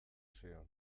zion